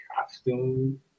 costume